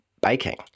baking